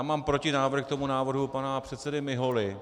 Mám protinávrh k návrhu pana předsedy Miholy.